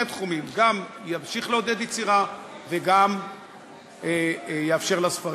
תחומים: גם ימשיך לעודד יצירה וגם יאפשר ספרים.